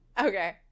Okay